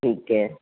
ਠੀਕ ਹੈ